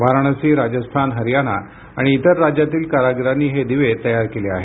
वाराणसी राजस्थान हरियाना आणि इतर राज्यांतील कारागीरांनी हे दिवे तयार केले आहेत